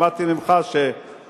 למדתי ממך שהממשלה,